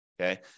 okay